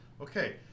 Okay